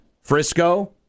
Frisco